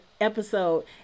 episode